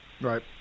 Right